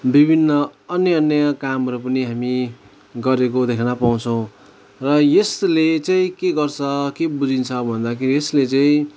विभिन्न अन्य अन्य कामहरू पनि हामी गरेको देख्नपाउँछौँ र यसले चाहिँ के गर्छ के बुझिन्छ भन्दाखेरि यसले चाहिँ